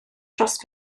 dros